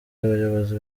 abayobozi